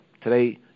Today